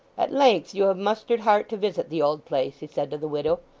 at length you have mustered heart to visit the old place he said to the widow.